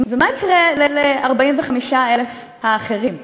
ומה יקרה ל-45,000 האחרים?